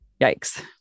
Yikes